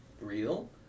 real